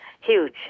huge